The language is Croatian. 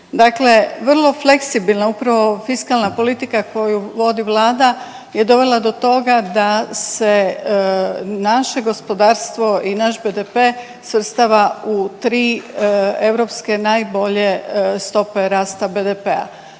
vrlo fleksibilna upravo fiskalna politika koju vodi vlada je dovela do toga da se naše gospodarstvo i naš BDP svrstava u tri europske najbolje stope rasta BDP-a.